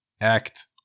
act